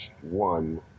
one